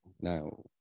Now